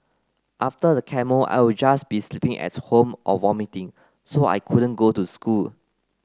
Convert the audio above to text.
after the chemo I'll just be sleeping at home or vomiting so I couldn't go to school